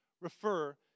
refer